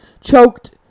Choked